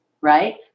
right